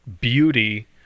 beauty